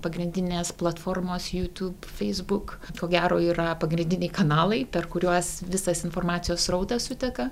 pagrindinės platformos youtube facebook ko gero yra pagrindiniai kanalai per kuriuos visas informacijos srautas suteka